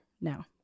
now